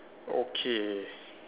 okay